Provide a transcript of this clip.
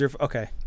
Okay